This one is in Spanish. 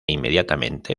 inmediatamente